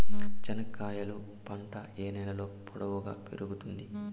చెనక్కాయలు పంట ఏ నేలలో పొడువుగా పెరుగుతుంది?